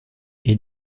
est